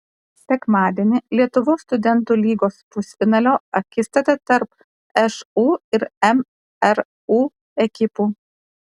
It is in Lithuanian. sekmadienį lietuvos studentų lygos pusfinalio akistata tarp šu ir mru ekipų